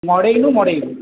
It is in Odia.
ମଡ଼େଇନୁ ମଡ଼େଇନୁ